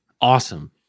Awesome